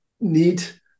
neat